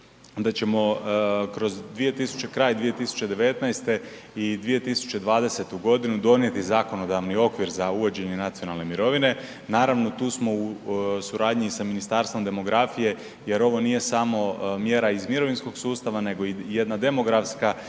da ćemo kroz kraj 2019. i 2020. g. donijeti zakonodavni okvir za uvođenje nacionalne mirovine, naravno tu smo u suradnji i sa Ministarstvom demografije jer ovo nije samo mjera iz mirovinskog sustava nego i jedna demografska